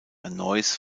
neuss